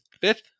Fifth